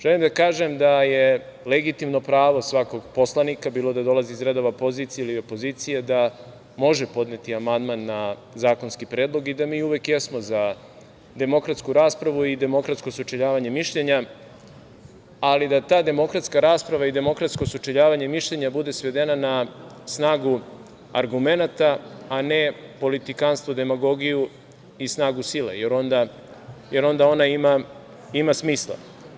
Želim da kažem da je legitimno pravo svakog poslanika, bilo da dolazi iz redova pozicije ili opozicije, da može podneti amandman na zakonski predlog i da mi uvek jesmo za demokratsku raspravu i demokratsko sučeljavanje mišljenja, ali da ta demokratska rasprava i demokratsko sučeljavanje mišljenja bude svedena na snagu argumenata, a ne politikanstvo, demagogiju i snagu sile, jer onda ona ima smisla.